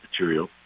material